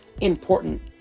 important